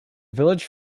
village